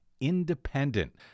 independent